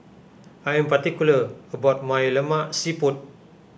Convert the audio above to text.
I am particular about my Lemak Siput